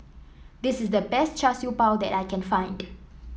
this is the best Char Siew Bao that I can find